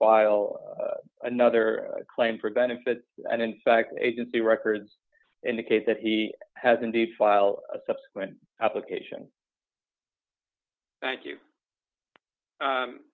file another claim for benefit and in fact agency records indicate that he has indeed file a subsequent application thank you